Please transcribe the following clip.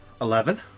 eleven